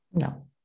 No